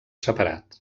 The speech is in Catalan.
separat